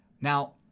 Now